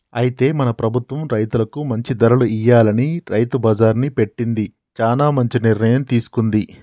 అయితే మన ప్రభుత్వం రైతులకు మంచి ధరలు ఇయ్యాలని రైతు బజార్ని పెట్టింది చానా మంచి నిర్ణయం తీసుకుంది